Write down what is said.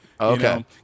okay